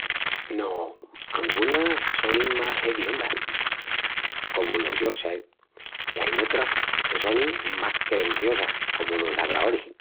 No, angunas sonin más hediondas comu los yorkshire i ain otras que sonin más querenciosas comu los labraoris.